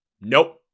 Nope